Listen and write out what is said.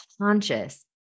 conscious